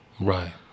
Right